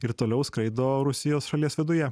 ir toliau skraido rusijos šalies viduje